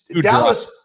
Dallas –